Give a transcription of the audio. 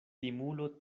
timulo